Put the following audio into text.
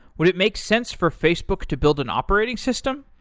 would it make sense for facebook to build an operating system?